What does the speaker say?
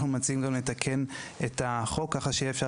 אנחנו מציעים גם לתקן את החוק כך שיהיה אפשר